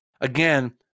Again